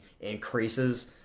increases